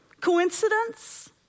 Coincidence